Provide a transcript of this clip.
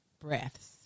breaths